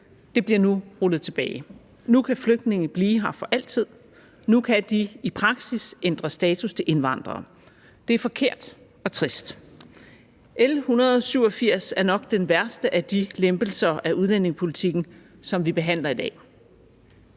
nu bliver rullet tilbage. Nu kan flygtninge blive her for altid, for nu kan de i praksis ændre status til indvandrere. Det er forkert og trist. L 187 er nok den værste af de lempelser af udlændingepolitikken, som vi behandler i dag.